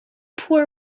poor